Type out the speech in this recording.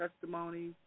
testimony